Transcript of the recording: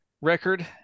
record